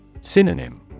synonym